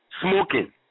smoking